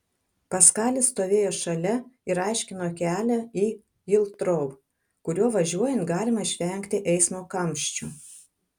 paskalis stovėjo šalia ir aiškino kelią į hitrou kuriuo važiuojant galima išvengti eismo kamščių